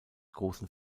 großen